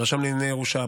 הרשם לענייני ירושה,